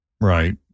Right